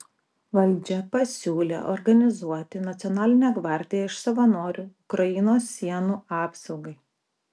valdžia pasiūlė organizuoti nacionalinę gvardiją iš savanorių ukrainos sienų apsaugai